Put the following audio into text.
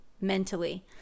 mentally